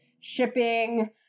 shipping